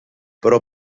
però